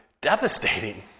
devastating